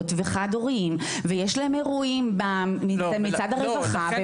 וחד-הוריים ויש לכם אירועים מצד הרווחה.